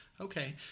Okay